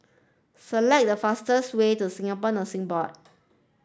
select the fastest way to Singapore Nursing Board